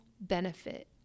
benefit